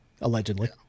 allegedly